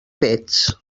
pets